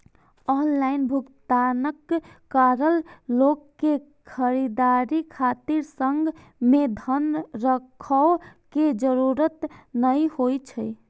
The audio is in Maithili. ऑनलाइन भुगतानक कारण लोक कें खरीदारी खातिर संग मे धन राखै के जरूरत नै होइ छै